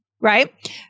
right